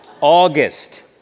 august